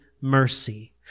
mercy